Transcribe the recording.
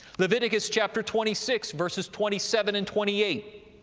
leviticus, chapter twenty six, verses twenty seven and twenty eight.